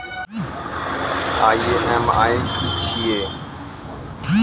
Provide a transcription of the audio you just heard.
EMI की छिये?